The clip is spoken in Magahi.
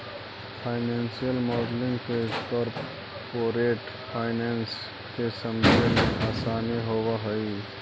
फाइनेंशियल मॉडलिंग से कॉरपोरेट फाइनेंस के समझे मेंअसानी होवऽ हई